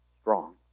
strong